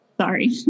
Sorry